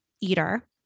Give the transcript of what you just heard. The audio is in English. eater